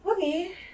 okay